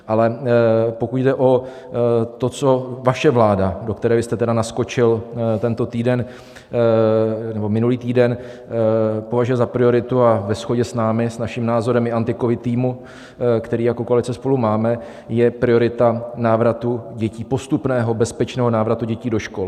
Ale pokud jde o to, co vaše vláda, do které vy jste tedy naskočil tento týden nebo minulý týden, považuje za prioritu, a ve shodě s námi, s naším názorem i AntiCovid týmu, který jako koalice SPOLU máme, je priorita návratu dětí, postupného bezpečného návratu dětí do škol.